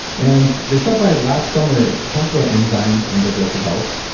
and they stopped by last summer to talk about enzymes and digestive health,